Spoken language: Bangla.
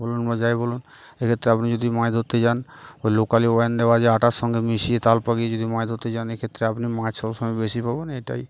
বলুন বা যাই বলুন এক্ষেত্রে আপনি যদি মাছ ধরতে যান ওই লোকালি ওয়াইন দেওয়া যে আটার সঙ্গে মিশিয়ে তাল পাকিয়ে যদি মাছ ধরতে চান এক্ষেত্রে আপনি মাছ সবসময় বেশি পাবেন এটাই